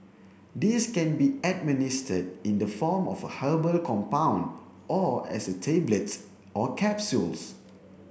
these can be administered in the form of a herbal compound or as a tablets or capsules